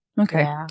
Okay